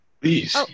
Please